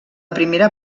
primera